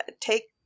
take